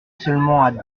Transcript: seulement